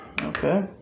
Okay